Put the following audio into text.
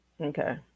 Okay